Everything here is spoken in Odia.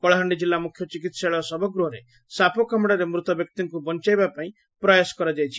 କଳାହାଣ୍ଡି ଜିଲ୍ଲା ମୁଖ୍ୟ ଚିକିହାଳୟ ଶବଗୃହରେ ସାପକାମୁଡ଼ାରେ ମୃତ ବ୍ୟକ୍ତିକୁ ବଞାଇବାପାଇଁ ପ୍ରୟାସ କରାଯାଇଛି